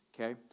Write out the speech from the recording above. okay